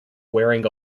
wearing